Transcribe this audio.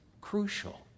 crucial